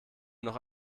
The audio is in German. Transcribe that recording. noch